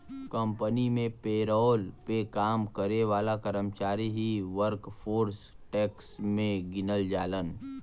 company में payroll पे काम करे वाले कर्मचारी ही वर्कफोर्स टैक्स में गिनल जालन